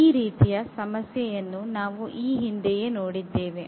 ಈ ರೀತಿಯ ಸಮಸ್ಯೆಯನ್ನು ನಾವು ಈ ಹಿಂದೆ ನೋಡಿದ್ದೇವೆ